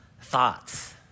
thoughts